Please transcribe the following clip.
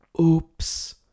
oops